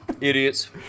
Idiots